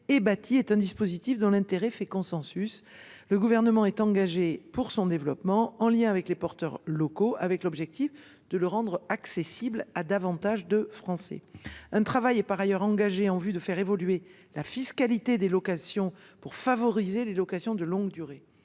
bâti, est un dispositif dont l’intérêt fait consensus. Le Gouvernement s’est engagé à le développer en lien avec les porteurs locaux afin de le rendre accessible à davantage de Français. Un travail est également engagé pour faire évoluer la fiscalité locative et favoriser les locations de longue durée.